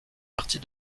partie